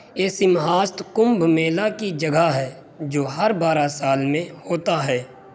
یہ سمہاستھ کمبھ میلہ کی جگہ ہے جو ہر بارہ سال میں ہوتا ہے